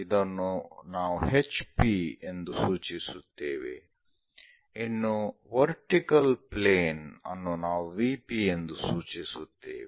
ಇದನ್ನು ನಾವು HP ಎಂದು ಸೂಚಿಸುತ್ತೇವೆ ಇನ್ನು ವರ್ಟಿಕಲ್ ಪ್ಲೇನ್ ಅನ್ನು ನಾವು VP ಎಂದು ಸೂಚಿಸುತ್ತೇವೆ